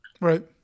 Right